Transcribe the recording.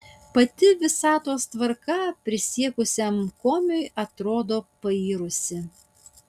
pati visatos tvarka prisiekusiam komiui atrodo pairusi